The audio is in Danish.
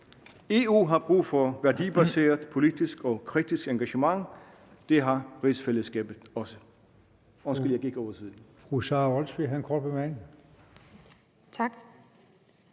EU har brug for et værdibaseret, politisk og kritisk engagement. Det har rigsfællesskabet også.